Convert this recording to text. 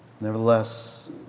Nevertheless